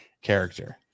character